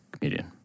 comedian